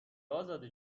ازاده